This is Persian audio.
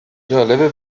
جالبه